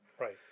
Right